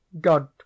God